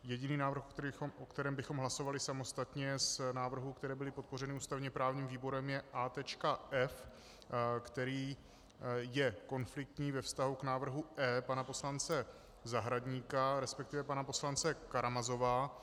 Jediný návrh, o kterém bychom hlasovali samostatně, z návrhů, které byly podpořeny ústavněprávním výborem, je A.F, který je konfliktní ve vztahu k návrhu E pana poslance Zahradníka, resp. pana poslance Karamazova.